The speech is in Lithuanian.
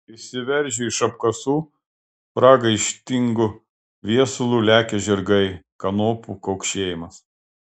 išsiveržę iš apkasų pragaištingu viesulu lekią žirgai kanopų kaukšėjimas